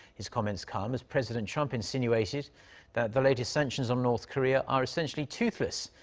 his comments come as president trump insinuated that the latest sanctions on north korea are essentially toothless.